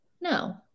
No